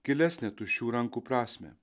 gilesnę tuščių rankų prasmę